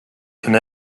can